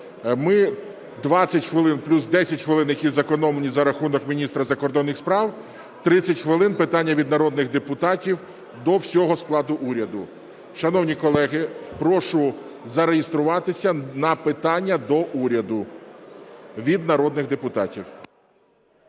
ми 20 хвилин, плюс 10 хвилин, які зекономлені за рахунок міністра закордонних справ – 30 хвилин питання від народних депутатів до всього складу уряду. Шановні колеги, прошу зареєструватися на питання до уряду від народних депутатів.